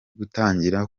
gutangira